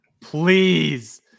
please